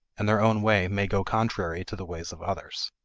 and their own way may go contrary to the ways of others.